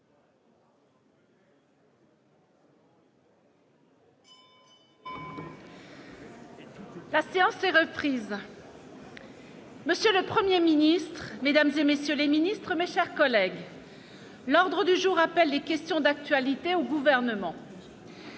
La séance s'est reprise. Monsieur le 1er Ministre Mesdames et messieurs les ministres, mes chers collègues, l'ordre du jour appelle les questions d'actualité au gouvernement.